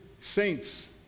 saints